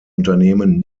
unternehmen